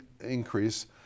increase